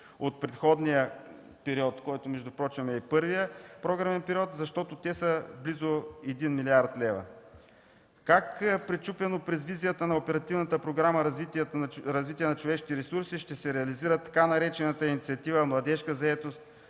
от предходния период, който, между другото, е и първият програмен период, защото те са близо 1 млрд. лв.? Как, пречупено през визията на Оперативната програма „Развитие на човешките ресурси”, ще се реализира така наречената Инициатива „Младежка заетост”,